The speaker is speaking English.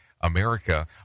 America